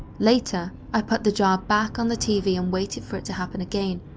later, i put the jar back on the tv and waited for it to happen again,